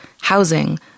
housing